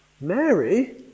Mary